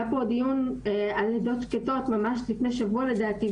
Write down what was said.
היה פה דיון על לידות שקטות ממש לפני שבוע לדעתי,